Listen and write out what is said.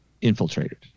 infiltrated